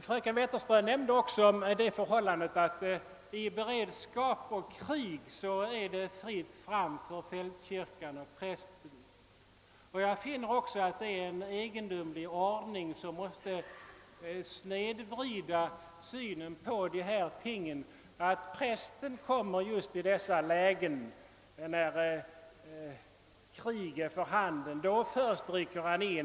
Fröken Wetterström nämnde också att under beredskap och i krig är det fritt fram för fältkyrkan och prästen. Jag finner det vara en egendomlig ordning som måste ge en snedvriden syn, att prästen kommer just när krig är för handen. Då först rycker han in.